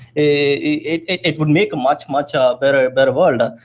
it it would make a much, much um better better world.